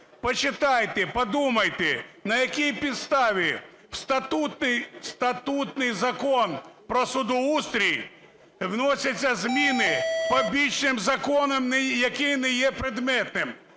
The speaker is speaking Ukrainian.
почитайте, подумайте, на якій підставі в статутний Закон про судоустрій вносяться зміни побічним законом, який не є предметним.